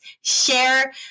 Share